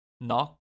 Knock